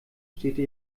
städte